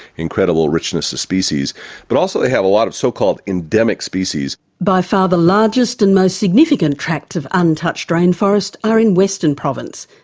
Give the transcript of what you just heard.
incredible richness of species but also they have a lot of so-called endemic species. by far the largest and most significant tracts of untouched rainforest are in western province.